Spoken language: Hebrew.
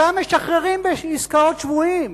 אותם משחררים בעסקאות שבויים,